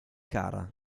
cara